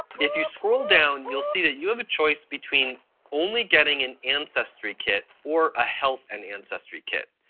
if you scroll down you'll see that you have a choice between only getting an ancestry kit or a health and ancestry kit.